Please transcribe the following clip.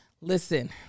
listen